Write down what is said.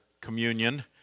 communion